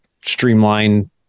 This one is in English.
streamline